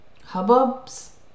Hubbubs